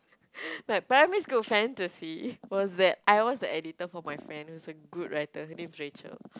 my primary school fantasy was that I was the editor for my friend who is a good writer her name is Rachel